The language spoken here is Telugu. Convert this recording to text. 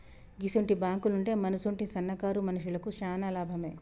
గిసుంటి బాంకులుంటే మనసుంటి సన్నకారు మనుషులకు శాన లాభమే